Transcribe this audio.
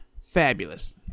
Fabulous